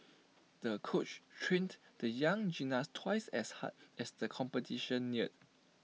the coach trained the young gymnast twice as hard as the competition neared